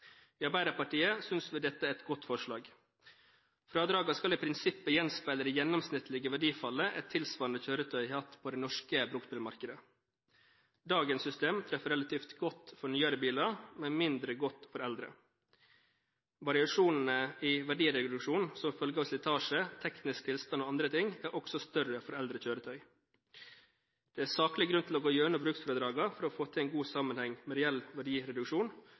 I Arbeiderpartiet synes vi dette er et godt forslag. Fradragene skal i prinsippet gjenspeile det gjennomsnittlige verdifallet et tilsvarende kjøretøy har hatt på det norske bruktbilmarkedet. Dagens system treffer relativt godt for nyere biler, men mindre godt for eldre. Variasjonene i verdireduksjon som følge av slitasje, teknisk tilstand og andre ting er større for eldre kjøretøyer. Det er saklig grunn til å gå gjennom bruksfradragene for å få et godt samsvar med reell verdireduksjon